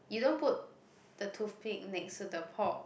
you don't put the toothpick next to the pork